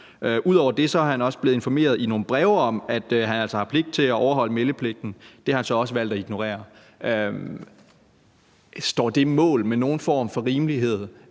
Ud over det er han også i nogle breve blevet informeret om, at han altså har pligt til at overholde meldepligten. Det har han så også valgt at ignorere. Står det mål med nogen form for rimelighed,